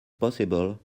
possible